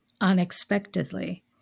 unexpectedly